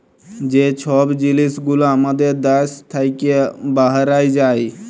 যে ছব জিলিস গুলা আমাদের দ্যাশ থ্যাইকে বাহরাঁয় যায়